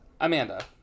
Amanda